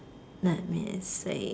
let me see